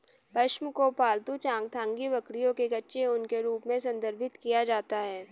पश्म को पालतू चांगथांगी बकरियों के कच्चे ऊन के रूप में संदर्भित किया जाता है